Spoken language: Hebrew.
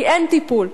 כי אין טיפול.